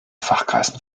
fachkreisen